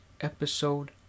episode